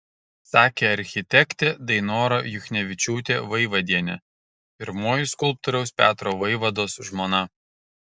sakė architektė dainora juchnevičiūtė vaivadienė pirmoji skulptoriaus petro vaivados žmona